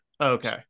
Okay